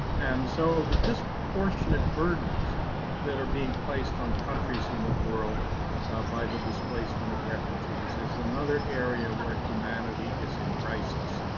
and so the disproportionate burdens that are being placed on countries in the world by the displacement of refugees is another area where humanity is in crisis,